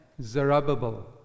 Zerubbabel